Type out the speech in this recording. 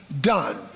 done